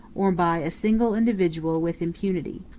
or by a single individual, with impunity.